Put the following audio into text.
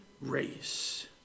race